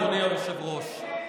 אדוני היושב-ראש,